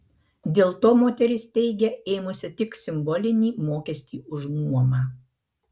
dėl to moteris teigia ėmusi tik simbolinį mokestį už nuomą